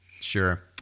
Sure